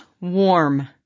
warm